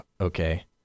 okay